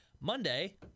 Monday